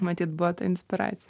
matyt buvo ta inspiracija